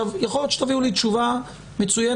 יכול להיות שתביאו לי תשובה מצוינת,